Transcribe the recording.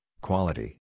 quality